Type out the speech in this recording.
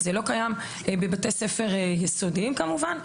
זה לא קיים בבתי ספר יסודיים כמובן,